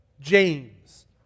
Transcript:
James